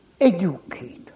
educate